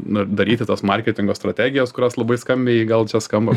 nu ir daryti tas marketingo strategijas kurios labai skambiai gal čia skamba